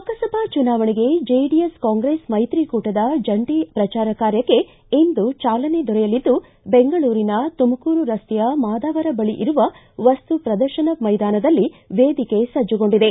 ಲೋಕಸಭಾ ಚುನಾವಣೆಗೆ JDS Congress ಮೈತ್ರಿಕೂಟದ ಜಂಟಿ ಪ್ರಚಾರ ಕಾರ್ಯಕ್ಕೆ ಇಂದು ಚಾಲನೆ ದೊರೆಯಲಿದ್ದು ಬೆಂಗಳೂರಿನ ತುಮಕೂರು ರಸ್ತೆಯ ಮಾದಾವರ ಬಳಿ ಇರುವ ವಸ್ತು ಪ್ರದರ್ಶನ ಮೈದಾನದಲ್ಲಿ ವೇದಿಕೆ ಸಜ್ಜಗೊಂಡಿದೆ